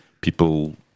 People